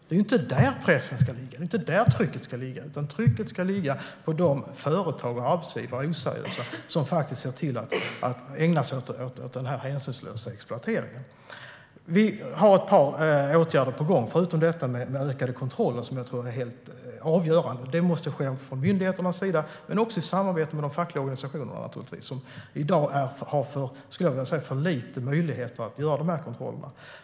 Det är inte där trycket ska ligga, utan trycket ska ligga på de oseriösa företag och arbetsgivare som ägnar sig åt denna hänsynslösa exploatering. Ökade kontroller är helt avgörande. De måste göras av myndigheterna i samarbete med de fackliga organisationerna. I dag har de för liten möjlighet att göra dessa kontroller.